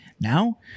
Now